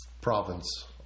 province